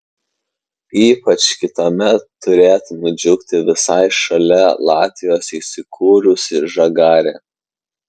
ypač kitąmet turėtų nudžiugti visai šalia latvijos įsikūrusi žagarė